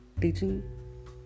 teaching